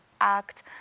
act